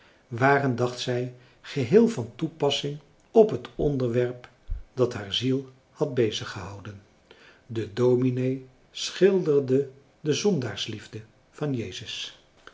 waren dacht zij geheel van toepassing op het onderwerp dat haar ziel had bezig gehouden de dominee schilderde de zondaarsliefde van jezus